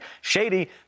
Shady